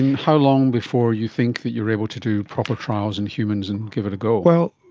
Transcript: how long before you think that you are able to do proper trials in humans and give it a go? well,